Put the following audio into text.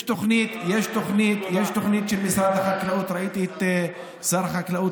יש תוכנית של משרד החקלאות, ראיתי את שר החקלאות